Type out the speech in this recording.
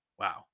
Wow